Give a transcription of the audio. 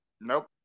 Nope